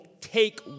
take